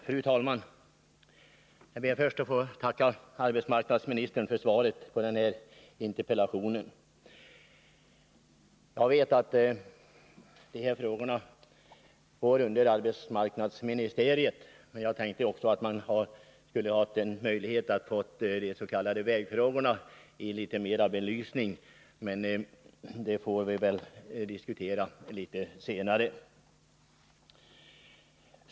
Fru talman! Jag ber först att få tacka arbetsmarknadsministern för svaret på interpellationen. Jag vet att de aktualiserade frågorna lyder under arbetsmarknadsministeriet, men jag tänkte att jag möjligen skulle kunna få de rena vägfrågorna mera belysta. Men dem får vi väl diskutera litet senare.